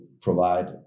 provide